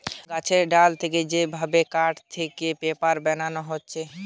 গাছের ডাল থেকে যে ভাবে কাঠ থেকে পেপার বানানো হতিছে